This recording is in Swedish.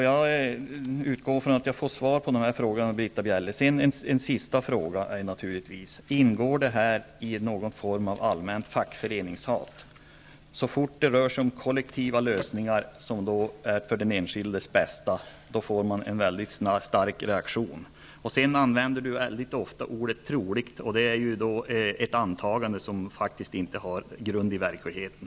Jag utgår från att jag får svar, Britta Bjelle. En sista fråga: Ingår det här i någon form av allmänt fackföreningshat? Så fort det rör sig om kollektiva lösningar som är till för den enskildes bästa, får man en mycket starkt reaktion. Sedan använder Britta Bjelle mycket ofta ordet troligt. Det gäller då ett antagande som inte har någon grund i verkligheten.